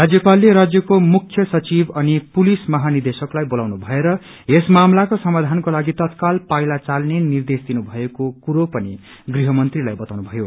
राज्यालले राज्यको मुख्य सचिव अनि पुलिस महानिदेशकलाई बोलाउनु भएर यस मामलाको समाधानकोलागि तत्काल पाइला चाल्ने निर्देश दिनु भएको कुरो पनि गृह मंत्रीलाई बताउनु भयो